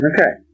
Okay